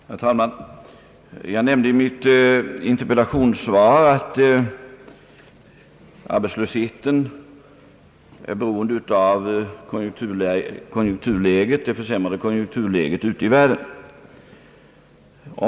Herr talman! Jag nämnde i mitt interpellationssvar att arbetslösheten är beroende av det försämrade konjunkturläget ute i världen.